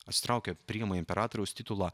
atsitraukia priima imperatoriaus titulą